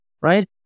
right